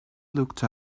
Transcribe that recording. looked